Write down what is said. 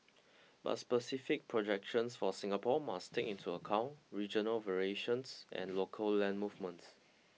but specific projections for Singapore must take into account regional variations and local land movements